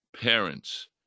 parents